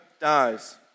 dies